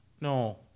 no